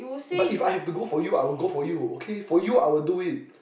but if I have to go for you I will go for you okay for you I will do it